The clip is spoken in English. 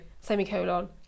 semicolon